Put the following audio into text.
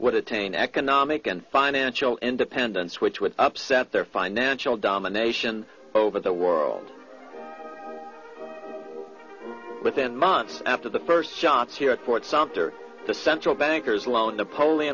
would attain economic and financial independence which would upset their financial domination over the world within months after the first johnson at fort sumpter the central bankers loan the poli